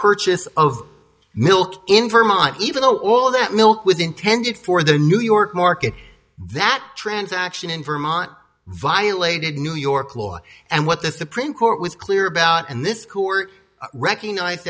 purchase of milk in vermont even though all that milk was intended for the new york market that transaction in vermont violated new york law and what the supreme court was clear about and this court recognize